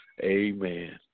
Amen